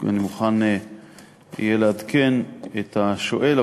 ואני מוכן לעדכן את השואל.